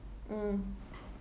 mm